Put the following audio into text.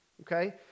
okay